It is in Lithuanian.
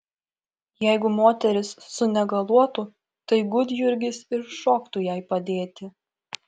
jeigu moteris sunegaluotų tai gudjurgis ir šoktų jai padėti